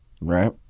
Right